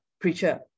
preacher